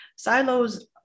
Silos